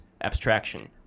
abstraction